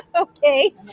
Okay